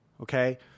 okay